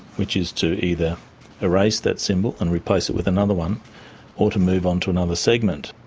which is to either erase that symbol and replace it with another one or to move onto another segment,